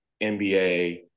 NBA